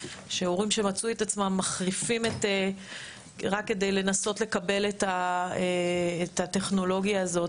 הורים שמצאו את עצמם --- רק כדי לנסות לקבל את הטכנולוגיה הזאת.